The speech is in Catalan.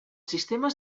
sistemes